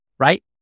Right